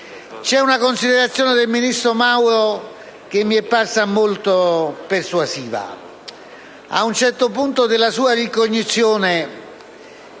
C'è una considerazione del ministro Mauro che mi è parsa molto persuasiva: ad un certo punto della sua ricognizione,